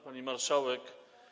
Pani Marszałek!